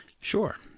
Sure